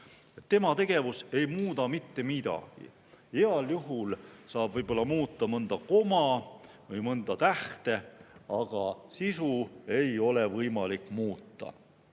Tema tegevus ei muuda mitte midagi, heal juhul saab muuta mõnda koma või mõnda tähte, aga sisu ei ole võimalik muuta.